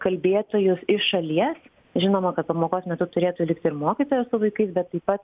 kalbėtojus iš šalies žinoma kad pamokos metu turėtų likti ir mokytojas su vaikai bet taip pat